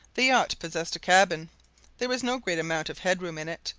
the yacht possessed a cabin there was no great amount of head-room in it,